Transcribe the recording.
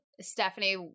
stephanie